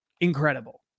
incredible